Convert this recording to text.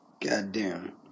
Goddamn